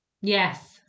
Yes